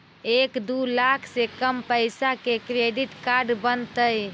एक दू लाख से कम पैसा में क्रेडिट कार्ड बनतैय?